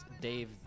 Dave